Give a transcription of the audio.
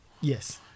Yes